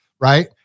right